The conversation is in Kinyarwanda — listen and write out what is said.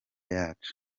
yacu